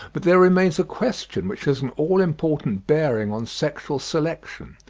but there remains a question which has an all important bearing on sexual selection,